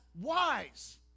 wise